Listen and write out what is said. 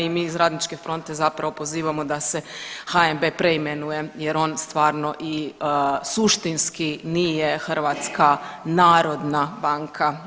I mi iz Radničke fronte zapravo pozivamo da se HNB preimenuje, jer on stvarno i suštinski nije Hrvatska narodna banka.